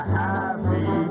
happy